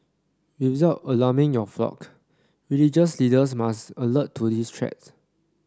without alarming your flock religious leaders must alert to this threat